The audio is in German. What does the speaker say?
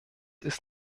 ist